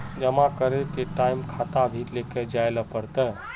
जमा करे के टाइम खाता भी लेके जाइल पड़ते?